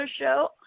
show